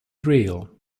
reel